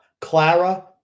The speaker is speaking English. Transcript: Clara